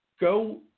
Go